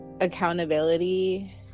accountability